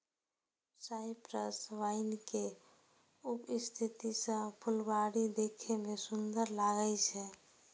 cypress vine के उपस्थिति सं फुलबाड़ी देखै मे सुंदर लागै छै